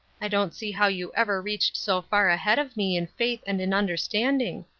i don't see how you ever reached so far ahead of me in faith and in understanding.